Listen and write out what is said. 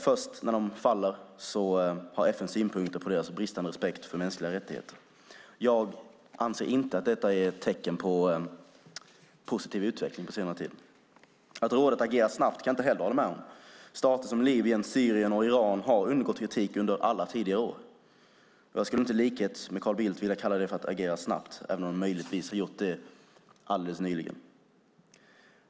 Först när de faller har FN synpunkter på deras bristande respekt för mänskliga rättigheter. Jag anser inte att detta är ett tecken på en positiv utveckling på senare tid. Att rådet agerar snabbt kan jag inte hålla med om. Stater som Libyen, Syrien och Iran har undgått kritik under alla tidigare år. Jag skulle inte i likhet med Carl Bildt vilja kalla det för att agera snabbt, även om man möjligtvis har gjort det alldeles nyligen.